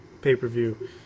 pay-per-view